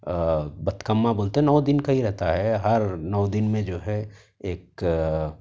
بتکماں بولتے ہیں نو دن کا ہی رہتا ہے ہر نو دن میں جو ہے ایک